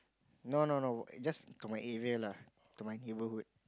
no no no just to my area lah to my neighbourhood